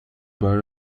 bar